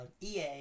EA